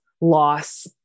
loss